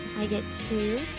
i get two,